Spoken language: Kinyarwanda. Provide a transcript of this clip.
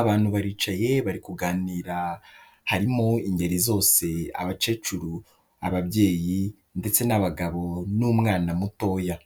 Abantu baricaye bari kuganira, harimo ingeri zose, abakecuru, ababyeyi ndetse n'abagabo n'umwana mutoya.